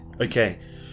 Okay